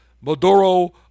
Maduro